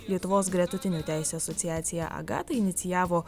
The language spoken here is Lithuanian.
lietuvos gretutinių teisių asociacija agata inicijavo